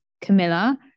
Camilla